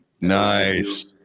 nice